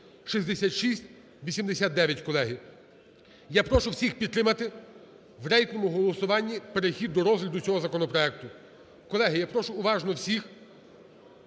(6689), колеги. Я прошу всіх підтримати у рейтинговому голосуванні перехід до розгляду цього законопроекту. Колеги, я прошу уважно всіх